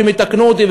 אם יתקנו אותי,